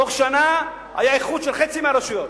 בתוך שנה היה איחוד של חצי מהרשויות.